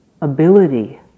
ability